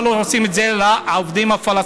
למה לא עושים את זה לעובדים הפלסטינים?